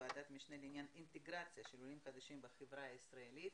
ועדת משנה לעניין אינטגרציה של עולים חדשים בחברה הישראלית.